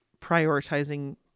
prioritizing